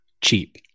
cheap